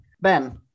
Ben